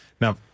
Now